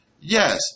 yes